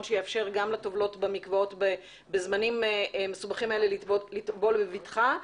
שיאפשר גם לטובלות במקוואות בזמנים המסובכים האלה לטבול בבטחה,